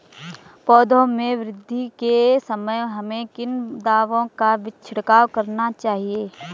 पौधों में वृद्धि के समय हमें किन दावों का छिड़काव करना चाहिए?